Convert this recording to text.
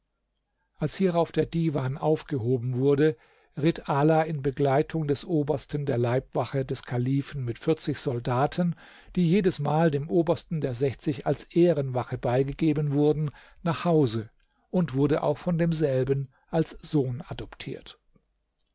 als hierauf der divan aufgehoben wurde ritt ala in begleitung des obersten der leibwache des kalifen mit vierzig soldaten die jedesmal dem obersten der sechzig als ehrenwache beigegeben wurden nach hause und wurde auch von demselben als sohn adoptiert